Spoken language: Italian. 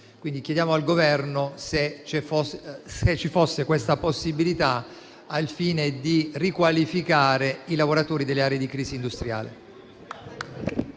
quindi al Governo se c'è questa possibilità, al fine di riqualificare i lavoratori delle aree di crisi industriale.